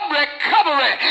recovery